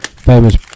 Famous